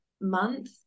month